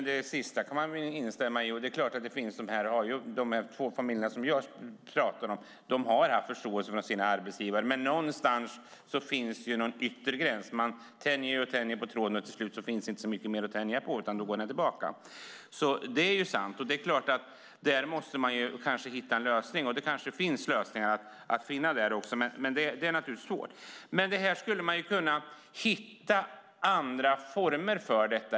Fru talman! Jag kan instämma i det sista. De två familjer som jag pratar om har all förståelse från sina arbetsgivare, men någonstans finns det en yttre gräns. Man tänjer och tänjer på tråden och till slut finns inte så mycket mer att tänja på, utan då går den tillbaka. Det är sant. Där måste man försöka hitta en lösning. Det kanske finns sådana lösningar, men det är naturligtvis svårt. Man skulle kunna hitta andra former för detta.